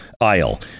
Aisle